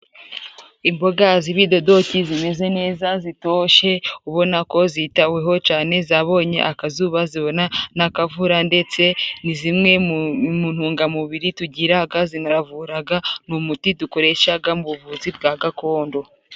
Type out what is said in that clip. Imboga z'ibidodoki zimeze neza zitoshe ubona ko zitaweho cane, zabonye akazuba zibona n'akavura, ndetse ni zimwe mu ntungamubiri tugiraga, zinaravuraga ni umuti dukoreshaga mu buvuzi bwa gakondo.